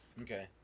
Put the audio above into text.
Okay